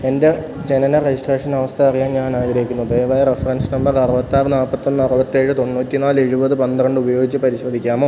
എൻറ്റെ ജനന രജിസ്ട്രേഷം അവസ്ഥ അറിയാൻ ഞാനാഗ്രഹിക്കുന്നു ദയവായി റഫ്രൻസ് നമ്പർ അറുപത്താറ് നാൽപ്പത്തൊന്ന് അറുപത്തേഴ് തൊണ്ണൂറ്റിനാല് എഴുപത് പന്ത്രണ്ട് ഉപയോഗിച്ച് പരിശോധിക്കാമോ